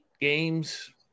games